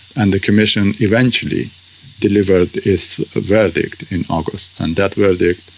and the commission eventually delivered its verdict in august and that verdict,